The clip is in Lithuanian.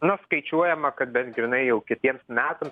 nu skaičiuojama kad bent grynai jau kitiems metams